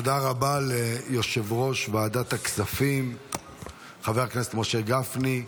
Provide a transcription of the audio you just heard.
תודה רבה ליושב-ראש ועדת הכספים חבר הכנסת משה גפני.